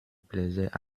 plaisaient